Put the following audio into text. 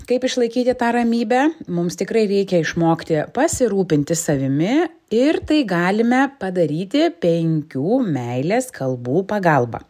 kaip išlaikyti tą ramybę mums tikrai reikia išmokti pasirūpinti savimi ir tai galime padaryti penkių meilės kalbų pagalba